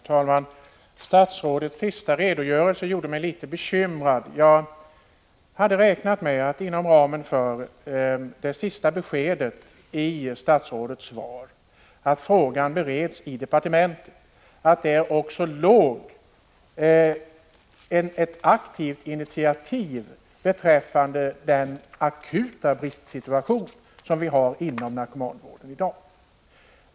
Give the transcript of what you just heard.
Herr talman! Statsrådets senaste redogörelse gjorde mig litet bekymrad. Jag hade räknat med att inom ramen för det besked som gavs sist i statsrådets svar — att frågan bereds inom departementet — också låg ett aktivt initiativ beträffande den akuta bristsituation som vi har inom narkomanvården i dag.